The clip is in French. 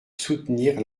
soutenir